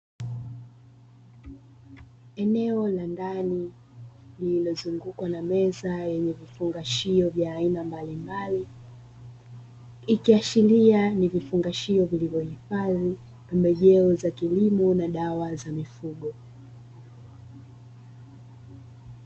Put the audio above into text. Eneo la ndani lililozungukwa na meza yenye vifungashio vya aina mbalimbali, ikiashiria ni vifungashio vilivyohifadhi pembejeo za kilimo na dawa za mifugo.